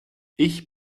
ich